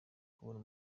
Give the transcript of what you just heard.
kubona